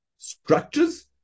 Structures